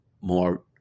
more